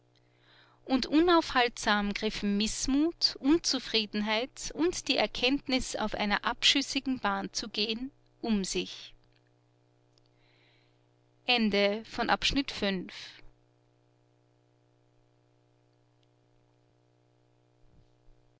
und unaufhaltsam griffen mißmut unzufriedenheit und die erkenntnis auf einer abschüssigen bahn zu gehen um sich